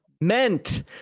meant